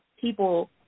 people